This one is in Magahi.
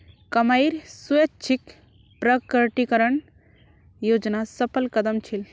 कमाईर स्वैच्छिक प्रकटीकरण योजना सफल कदम छील